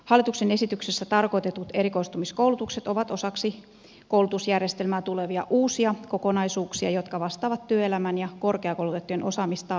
hallituksen esityksessä tarkoitetut erikoistumiskoulutukset ovat osaksi koulutusjärjestelmään tulevia uusia kokonaisuuksia jotka vastaavat työelämän ja korkeakoulutettujen osaamistarpeisiin